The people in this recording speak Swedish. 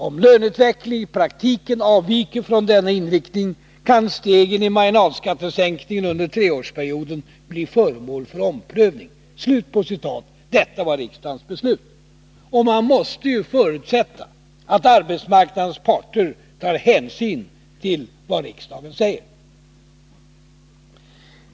Om löneutvecklingen i praktiken avviker från denna inriktning kan stegen i marginalskattesänkningen under treårsperioden bli föremål för omprövning.” Man måste förutsätta att arbetsmarknadens parter tar hänsyn till vad riksdagen säger.